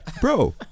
bro